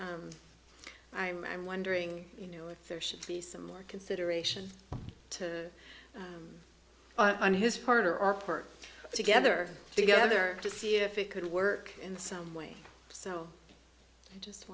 i'm i'm wondering you know if there should be some more consideration to on his part or our part together together to see if it could work in some way so i just